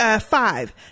Five